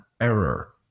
error